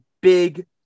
big